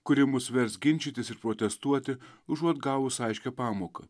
kuri mus vers ginčytis ir protestuoti užuot gavus aiškią pamoką